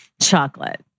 Chocolate